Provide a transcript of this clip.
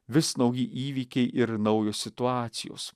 vis nauji įvykiai ir naujos situacijos